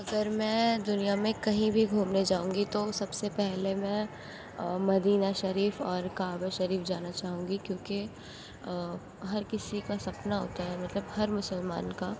اگر میں دُنیا میں کہیں بھی گھومنے جاؤں گی تو سب سے پہلے میں مدینہ شریف اور کعبہ شریف جانا چاہوں گی کیوں کہ ہر کسی کا سپنا ہوتا ہے مطلب ہر مسلمان کا